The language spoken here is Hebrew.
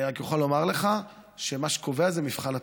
אני רק יכול לומר לך שמה שקובע זה מבחן התוצאה,